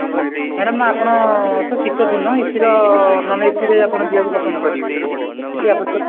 ଆଜ୍ଞା ମ୍ୟାଡ଼ମ୍ ଆପଣ ତ ଶୀତ ଦିନ ଏସିର ନନ୍ଏସିରେ ଆପଣ ଯିବାକୁ ପସନ୍ଦ କରିବେ ନା ଏ ସି ଆବଶ୍ୟକ